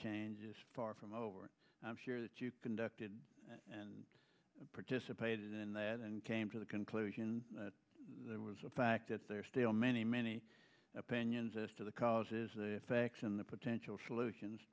change is far from over i'm sure that you conducted and participated in that and came to the conclusion that it was a fact that there are still many many opinions as to the causes and effects and the potential solutions